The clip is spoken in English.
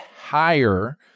higher